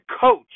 coach